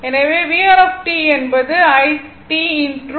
எனவே VR t என்பது i t R